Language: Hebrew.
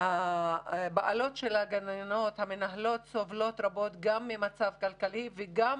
בעלות הגנים סובלות גם ממצב כלכלי קשה וגם